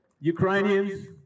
Ukrainians